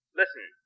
listen